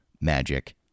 magic